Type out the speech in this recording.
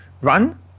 run